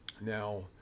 Now